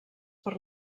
per